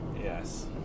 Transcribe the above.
yes